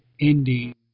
ending